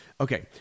Okay